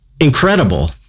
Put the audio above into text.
incredible